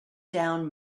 down